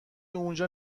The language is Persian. اونجا